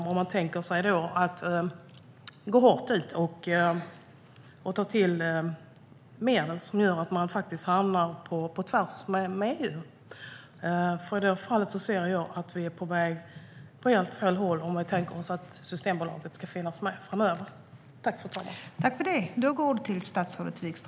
Har man tänkt ta till medel som gör att vi hamnar på tvärs mot EU? I så fall är vi på väg åt helt fel håll om vi vill att Systembolaget ska finnas kvar framöver.